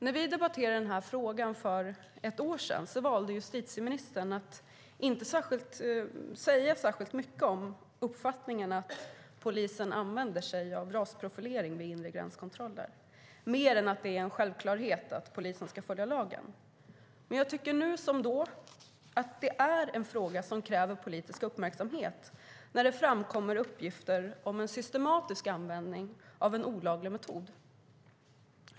När vi debatterade den här frågan för ett år sedan valde justitieministern att inte säga särskilt mycket om uppfattningen att polisen använder sig av rasprofilering vid inre gränskontroller, mer än att det är en självklarhet att polisen ska följa lagen. Men jag tycker nu, som då, att det är en fråga som kräver politisk uppmärksamhet när det framkommer uppgifter om systematisk användning av en olaglig metod.